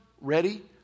ready